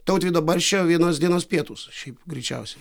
tautvydo barščio vienos dienos pietūs šiaip greičiausiai